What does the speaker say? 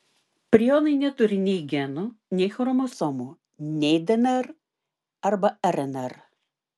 prionai neturi nei genų nei chromosomų nei dnr arba rnr